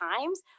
times